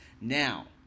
now